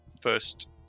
first